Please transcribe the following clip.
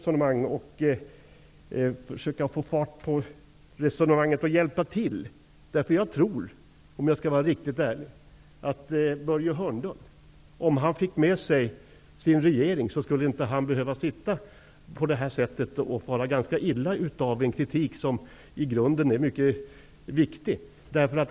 Om jag skall vara riktigt ärlig tror jag att Börje Hörnlund, om han fick med sig sin regering, inte skulle behöva fara så illa av denna kritik som i grunden är mycket viktig.